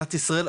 במדינת ישראל,